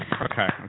okay